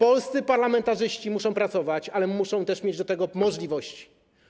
Polscy parlamentarzyści muszą pracować, ale muszą też mieć do tego możliwości.